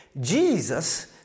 Jesus